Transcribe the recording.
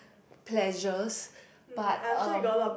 pleasures but um